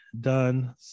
done